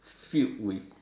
filled with